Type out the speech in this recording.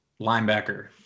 linebacker